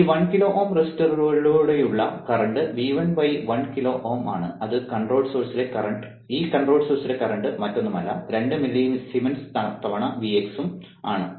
അതിനാൽ ഈ 1 കിലോ Ω റെസിസ്റ്ററിലൂടെയുള്ള കറന്റ് V1 1 കിലോ Ω ആണ് ഈ കൺട്രോൾ സോഴ്സിലെ കറന്റ് മറ്റൊന്നുമല്ല 2 മില്ലിസീമെൻസ് തവണ Vx ഉം ആണ്